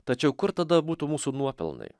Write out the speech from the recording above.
tačiau kur tada būtų mūsų nuopelnai